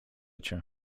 cię